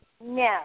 No